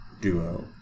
duo